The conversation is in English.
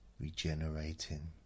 Regenerating